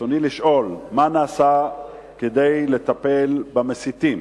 רצוני לשאול: 1. מה נעשה כדי לטפל במסיתים?